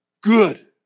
Good